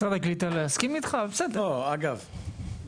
אגב,